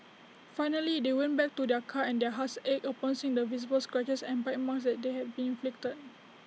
finally they went back to their car and their hearts ached upon seeing the visible scratches and bite marks that had been inflicted